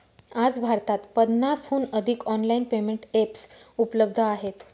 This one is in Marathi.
आज भारतात पन्नासहून अधिक ऑनलाइन पेमेंट एप्स उपलब्ध आहेत